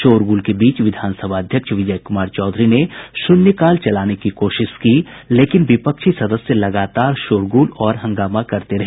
शोरगुल के बीच विधानसभा अध्यक्ष विजय कुमार चौधरी ने शून्यकाल चलाने की कोशिश की लेकिन विपक्षी सदस्य लगातार शोरगुल और हंगामा करते रहे